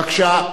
בבקשה,